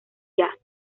jazz